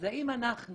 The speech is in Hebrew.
אז האם אנחנו